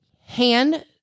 hand